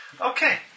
Okay